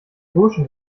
burschen